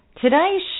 today's